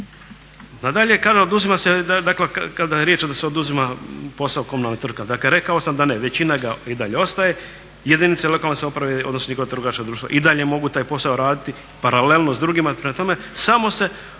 je riječ da se oduzima posao komunalnim tvrtkama. Dakle, rekao sam da ne. Većina ga i dalje ostaje, jedinice lokalne samouprave odnosno njihova trgovačka društva i dalje mogu taj posao raditi paralelno s drugima. Prema